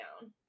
down